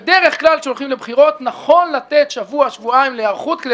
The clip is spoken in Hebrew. בדרך כלל כשהולכים לבחירות נכון לתת שבוע-שבועיים להיערכות כדי